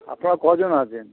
আপনারা কজন আছেন